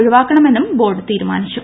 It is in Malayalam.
ഒഴിവാക്കണമെന്നും ബോർഡ് തീരുമാനീച്ചു